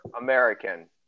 American